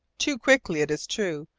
too quickly, it is true,